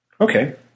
Okay